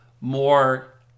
more